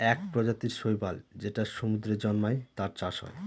এক প্রজাতির শৈবাল যেটা সমুদ্রে জন্মায়, তার চাষ হয়